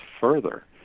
further